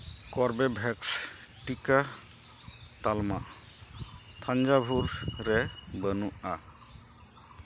ᱠᱳᱨᱵᱮᱵᱷᱮᱠᱥ ᱴᱤᱠᱟᱹ ᱛᱟᱞᱢᱟ ᱛᱷᱟᱧᱡᱟᱵᱷᱩᱨ ᱨᱮ ᱵᱟᱹᱱᱩᱜᱼᱟ